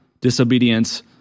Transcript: disobedience